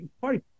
party